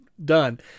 done